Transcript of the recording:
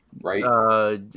right